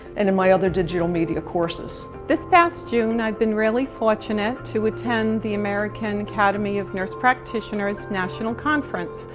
and in my other digital media courses. this past june i've been really fortunate to attend the american academy of nurse practitioners national conference.